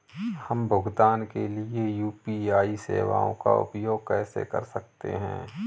हम भुगतान के लिए यू.पी.आई सेवाओं का उपयोग कैसे कर सकते हैं?